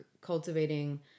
cultivating